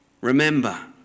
Remember